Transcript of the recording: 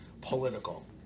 political